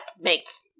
makes